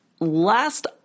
Last